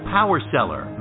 PowerSeller